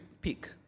peak